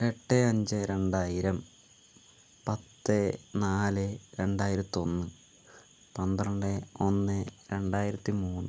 എട്ട് അഞ്ച് രണ്ടായിരം പത്ത് നാല് രണ്ടായിരത്തൊന്ന് പന്ത്രണ്ട് ഒന്ന് രണ്ടായിരത്തി മൂന്ന്